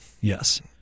Yes